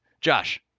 josh